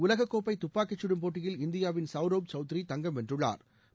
உலக கோப்பை துப்பாக்கி கடும் போட்டியில் இந்தியாவின் சவுரவ் சவுத்ரி தங்கம் வென்றுள்ளாா்